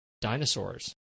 dinosaurs